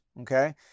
Okay